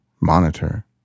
monitor